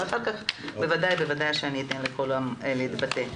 אחר כך בוודאי שאתן לכולם להתבטא.